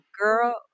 Girl